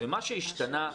ומה שהשתנה,